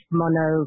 mono